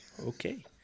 okay